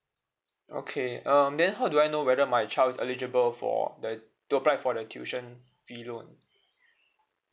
okay um then how do I know whether my child is eligible for the to apply for the tuition fee loan